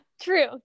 true